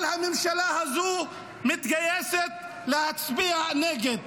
כל הממשלה הזו מתגייסת להצביע נגד.